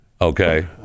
Okay